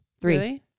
Three